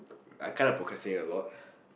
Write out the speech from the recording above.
I kinda procrastinate a lot